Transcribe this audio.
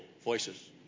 voices